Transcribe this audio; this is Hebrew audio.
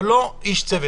אבל לא איש צוות.